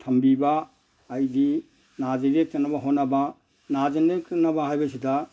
ꯊꯝꯕꯤꯕ ꯍꯥꯏꯗꯤ ꯅꯥꯗ ꯌꯦꯛꯇꯅꯕ ꯍꯣꯠꯅꯕ ꯅꯥꯗꯅꯕ ꯍꯥꯏꯕꯁꯤꯗ